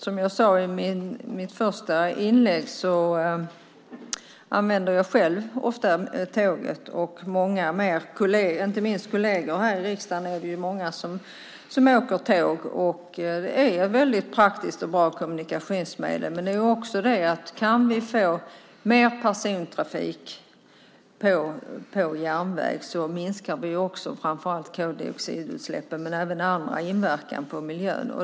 Som jag sade i mitt första inlägg tar jag själv ofta tåget, och inte minst många kolleger här i riksdagen åker tåg. Det är ett väldigt praktiskt och bra kommunikationsmedel. Kan vi få mer persontrafik på järnvägen minskar vi också framför allt koldioxidutsläppen men även annan inverkan på miljön.